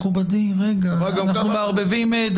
מכובדי, אנחנו מערבבים.